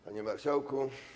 Panie Marszałku!